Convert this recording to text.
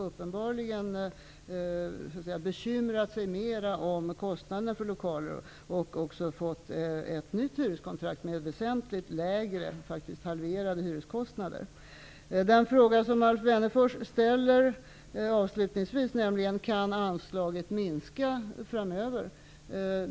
Uppenbarligen har man mera bekymrat sig om kostnaderna för lokaler, samtidigt som man har ingått ett nytt huvudkontrakt med väsentligt lägre -- faktiskt halverade -- Avslutningsvis ställde Alf Wennerfors en fråga om huruvida anslaget kan komma att minska framöver.